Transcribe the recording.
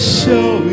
show